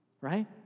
right